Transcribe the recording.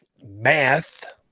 math